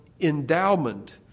endowment